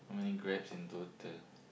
how manay Grabs in total